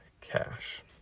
cash